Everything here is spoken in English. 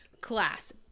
class